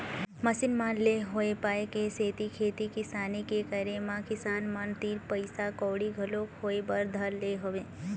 machine मन ले होय पाय के सेती खेती किसानी के करे म किसान मन तीर पइसा कउड़ी घलोक होय बर धर ले हवय